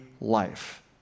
life